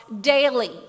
daily